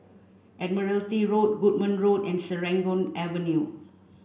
Admiralty Road Goodman Road and Serangoon Avenue